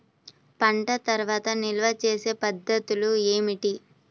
పంట తర్వాత నిల్వ చేసే పద్ధతులు ఏమిటి?